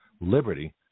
liberty